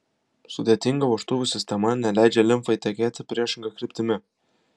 sudėtinga vožtuvų sistema neleidžia limfai tekėti priešinga kryptimi